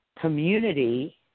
community